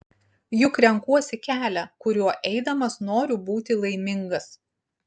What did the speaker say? juk renkuosi kelią kuriuo eidamas noriu būti laimingas